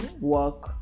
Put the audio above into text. work